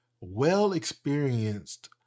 well-experienced